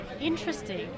interesting